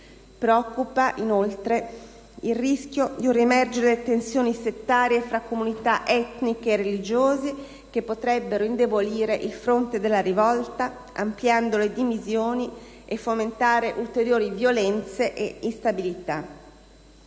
Preoccupa, inoltre, il rischio di un riemergere delle tensioni settarie fra comunità etniche e religiose, che potrebbero indebolire il fronte della rivolta, ampliando le divisioni, e fomentare ulteriori violenze ed instabilità.